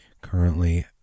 currently